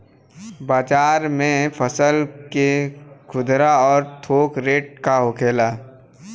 बाजार में फसल के खुदरा और थोक रेट का होखेला?